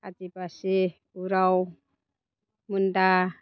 Adivasi Oraon Munda